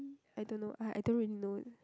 I don't know uh I don't really know